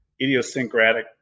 idiosyncratic